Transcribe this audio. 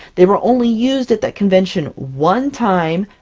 they were only used at that convention one time,